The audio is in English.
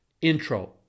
intro